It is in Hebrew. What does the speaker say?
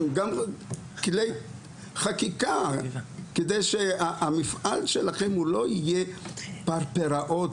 וגם כלי חקיקה כדי שהמפעל שלכם לא יהיה פרפראות,